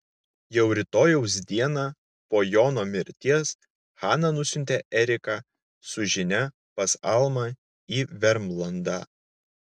jau rytojaus dieną po jono mirties hana nusiuntė eriką su žinia pas almą į vermlandą